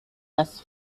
less